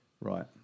Right